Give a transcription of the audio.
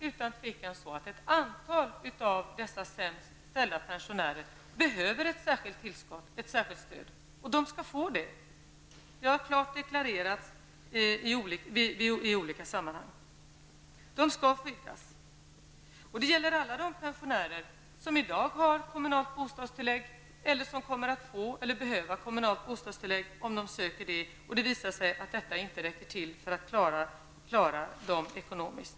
Utan tvivel behöver ett antal av de sämst ställda pensionärerna ett särskilt stöd, och det skall de få. Det har i olika sammanhang klart deklarerats att dessa pensionärer skall skyddas. Det gäller alla pensionärer som i dag har, kommer att få eller behöver kommunalt bostadstillägg, och det visar sig att detta inte räcker till för de skall klara sig ekonomiskt.